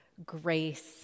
grace